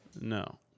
No